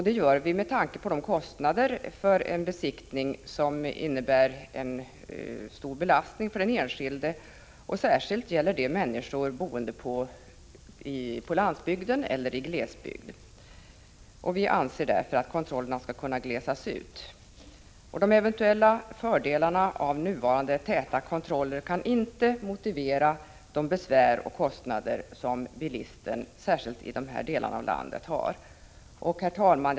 Det gör vi med tanke på den stora belastning som kostnaderna för besiktning innebär för den enskilde — särskilt gäller detta människor boende på landsbygden eller i glesbygd. De eventuella fördelarna med nuvarande täta kontroller kan inte motivera de besvär och kostnader som bilister, särskilt i de här delarna av landet, har. Herr talman!